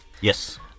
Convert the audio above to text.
Yes